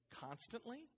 Constantly